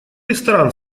ресторан